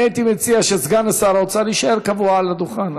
אני הייתי מציע שסגן שר האוצר יישאר קבוע על הדוכן,